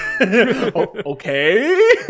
Okay